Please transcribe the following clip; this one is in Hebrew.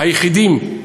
היחידים,